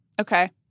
Okay